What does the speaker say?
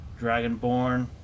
dragonborn